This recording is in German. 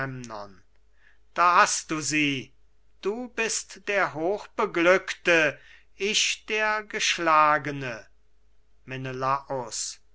da hast du sie du bist der hochbeglückte ich der geschlagene menelaus